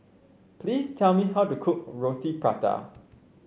please tell me how to cook Roti Prata